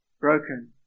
broken